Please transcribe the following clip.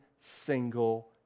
single